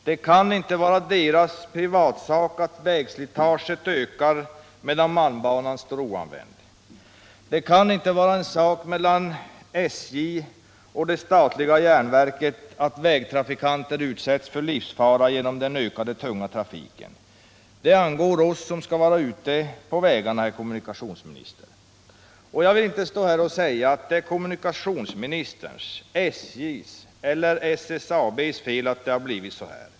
Det kan inte vara deras privatsak att vägslitaget ökar, medan malmbanan står oanvänd. Det kan inte vara en sak mellan SJ och det statliga järnverket att vägtrafikanter utsätts för livsfara genom den ökade tunga trafiken. Det angår oss som skall vara ute på vägarna, herr kommunikationsminister. Jag vill inte stå här och säga att det är kommunikationsministerns, SJ:s eller SSAB:s fel att det nu har blivit så här.